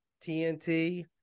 tnt